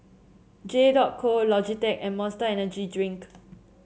J dot Co Logitech and Monster Energy Drink